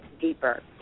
deeper